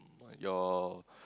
your